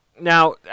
Now